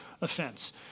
offense